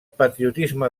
patriotisme